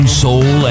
soul